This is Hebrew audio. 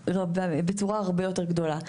בצורה הרבה יותר גדולה.